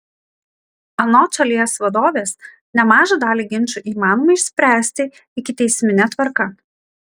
anot šalies vadovės nemažą dalį ginčų įmanoma išspręsti ikiteismine tvarka